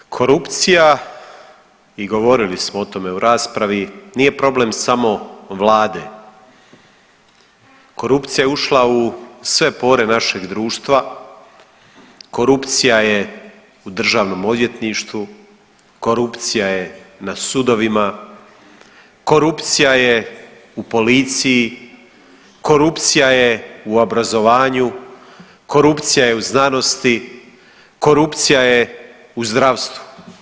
Korupcija i govorili smo o tome u raspravi nije problem samo vlade, korupcija je ušla u sve pore našeg društva, korupcija je u državnom odvjetništvu, korupcija je na sudovima, korupcija je u policiji, korupcija je u obrazovanju, korupcija je u znanosti, korupcija je u zdravstvu.